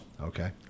Okay